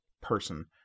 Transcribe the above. person